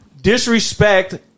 disrespect